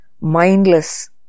mindless